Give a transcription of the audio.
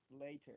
later